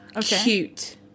cute